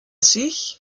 sich